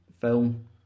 film